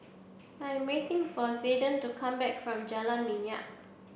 I am waiting for Zayden to come back from Jalan Minyak